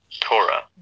Torah